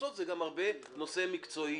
ובסוף זה גם הרבה נושא מקצועי